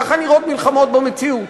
ככה נראות מלחמות במציאות.